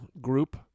group